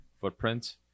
footprint